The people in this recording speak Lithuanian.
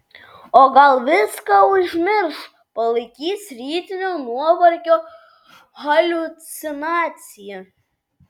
o gal viską užmirš palaikys rytinio nuovargio haliucinacija